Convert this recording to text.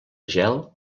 gel